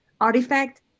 artifact